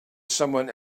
someone